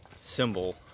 symbol